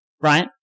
right